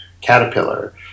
caterpillar